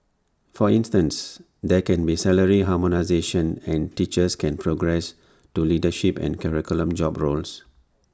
for instance there can be salary harmonisation and teachers can progress to leadership and curriculum job roles